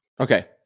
Okay